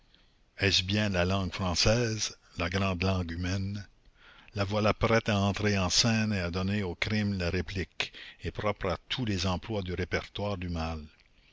est-ce bien la langue française la grande langue humaine la voilà prête à entrer en scène et à donner au crime la réplique et propre à tous les emplois du répertoire du mal